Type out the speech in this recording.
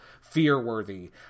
fear-worthy